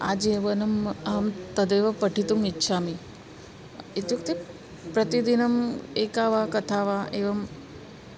आजीवनम् अहं तदेव पठितुम् इच्छामि इत्युक्ते प्रतिदिनम् एका वा कथा वा एवम्